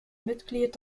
mitglied